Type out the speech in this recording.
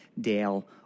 Dale